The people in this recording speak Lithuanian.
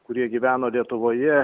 kurie gyveno lietuvoje